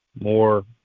more